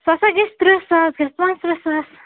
سۄ ہسا گژھِ تٕرٛہ ساس گژھِ پانٛژھ تٕرٛہ ساس